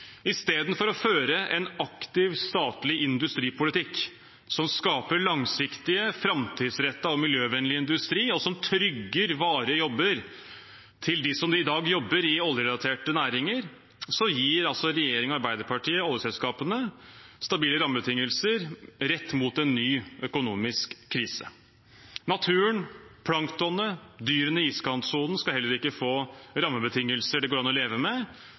å føre en aktiv statlig industripolitikk som skaper en langsiktig, framtidsrettet og miljøvennlig industri, og som trygger varige jobber for dem som i dag jobber i oljerelaterte næringer, gir altså regjeringen og Arbeiderpartiet oljeselskapene stabile rammebetingelser rett mot en ny økonomisk krise. Naturen, planktonet og dyrene i iskantsonen skal heller ikke få rammebetingelser det går an å leve med.